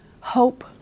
Hope